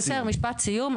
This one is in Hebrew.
בסדר משפט סיום,